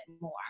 more